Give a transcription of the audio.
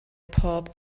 pob